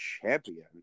champion